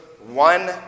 One